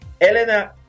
Elena